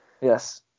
Yes